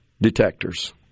detectors